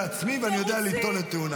אני עורך דין בעצמי, ואני יודע לטעון את טיעוניי.